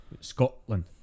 Scotland